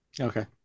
Okay